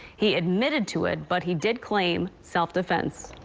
he admitted to it, but he did claim self-defense.